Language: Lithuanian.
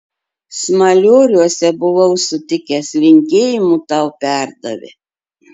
smalioriuose buvau sutikęs linkėjimų tau perdavė